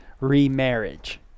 remarriage